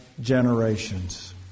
generations